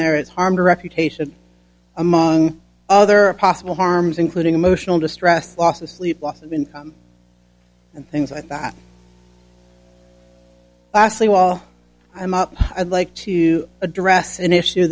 there is harm reputation among other possible harms including emotional distress loss of sleep loss of income and things like that lastly while i'm up i'd like to address an issue